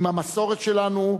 עם המסורת שלנו,